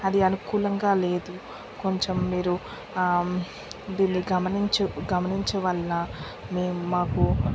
అది అనుకూలంగా లేదు కొంచెం మీరు ఆ దీన్ని గమనించ గమనించవల్ల మేము మాకు